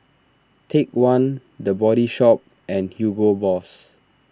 Take one the Body Shop and Hugo Boss